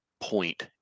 point